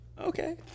Okay